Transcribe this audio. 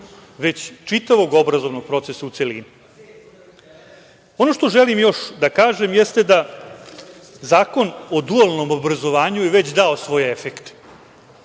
već čitavog obrazovnog procesa u celini. Ono što još želim da kažem jeste da zakon o Dualnom obrazovanju je već dao svoje efekte.